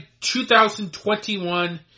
2021